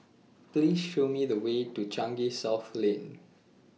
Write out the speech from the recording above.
Please Show Me The Way to Changi South Lane